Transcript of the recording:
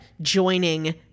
joining